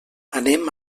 anem